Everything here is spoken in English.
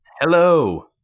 Hello